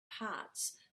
parts